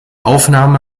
aufnahme